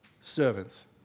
servants